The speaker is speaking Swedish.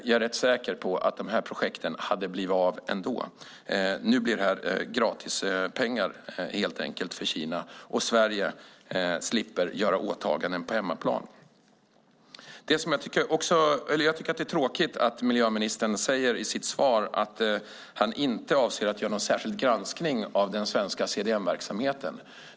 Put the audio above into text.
Jag är rätt säker på att dessa projekt hade kommit till stånd ändå. Nu blir det helt enkelt gratis för Kina, och Sverige slipper göra åtaganden på hemmaplan. Det är tråkigt att miljöministern i sitt svar säger att han inte avser att göra någon särskild granskning av den svenska CDM-verksamheten.